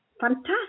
Fantastic